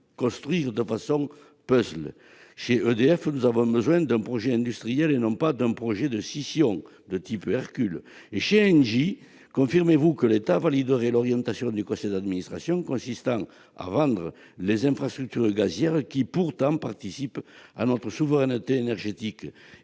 construire façon puzzle. Ainsi, à EDF, nous avons besoin d'un projet industriel, et non d'un projet de scission de type Hercule. Chez Engie, confirmez-vous que l'État valide l'orientation du conseil d'administration consistant à vendre les infrastructures gazières, qui pourtant participent à notre souveraineté énergétique ?